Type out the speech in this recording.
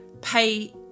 pay